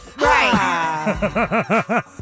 Right